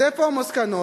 אז איפה המסקנות?